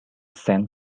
sent